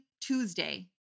Tuesday